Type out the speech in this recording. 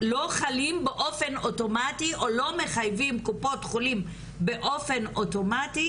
שלא חלים באופן אוטומטי או לא מחייבים קופות חולים באופן אוטומטי